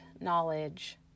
knowledge